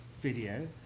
video